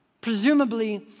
Presumably